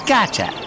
Gotcha